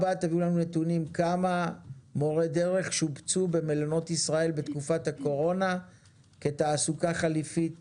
כמה מורי דרך שובצו במלונות ישראל בתקופת הקורונה כתעסוקה חליפית